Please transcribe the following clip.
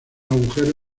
agujero